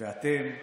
ואתם ואתם.